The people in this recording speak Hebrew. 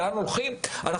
לאן הולכים?